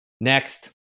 Next